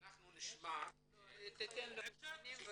שאכעיס אבל זה באמת לא אכפת לי,